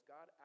God